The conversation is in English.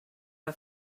her